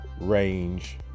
range